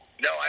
No